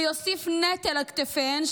ויוסיף נטל על כתפיהם,